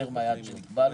יותר מן היעד שנקבע לו.